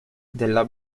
della